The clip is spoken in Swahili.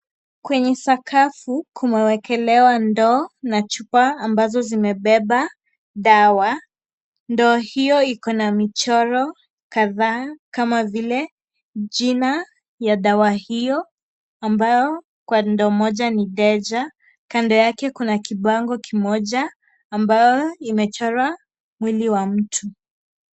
Kwenye sakafu kumewekelewa ndoo na chupa ambazo zimebeba dawa. Ndoo hiyo Iko na michoro kadhaa kama vile jina ya dawa hiyo Ambayo kwa ndoo moja ni deja. Kando yake Kuna kibango kimoja ambao imechorwa mwili wa mtu.